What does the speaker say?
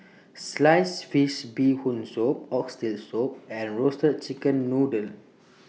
Sliced Fish Bee Hoon Soup Oxtail Soup and Roasted Chicken Noodle